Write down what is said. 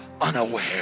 unaware